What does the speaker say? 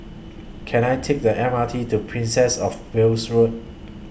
Can I Take The M R T to Princess of Wales Road